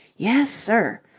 yes, sir!